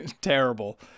Terrible